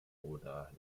oder